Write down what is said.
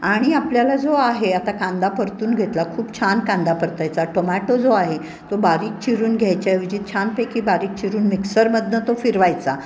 आणि आपल्याला जो आहे आता कांदा परतून घेतला खूप छान कांदा परतायचा टोमॅटो जो आहे तो बारीक चिरून घ्यायच्याऐवजी छानपैकी बारीक चिरून मिक्सरमधनं तो फिरवायचा